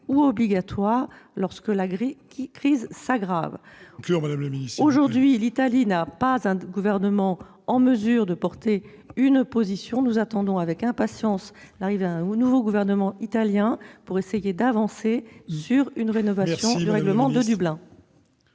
ou obligatoire lorsque la crise s'aggrave. Aujourd'hui, l'Italie n'a pas un gouvernement en mesure de défendre une position. Nous attendons avec impatience la formation d'un nouveau gouvernement italien, pour essayer d'avancer sur une rénovation du règlement de Dublin.